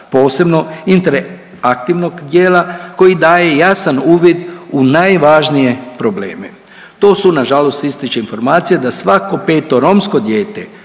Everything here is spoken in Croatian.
posebno interaktivnog dijela koji daje jasan uvid u najvažnije probleme. To su nažalost ističe informacije da svako peto romsko dijete